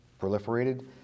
proliferated